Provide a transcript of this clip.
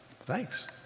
Thanks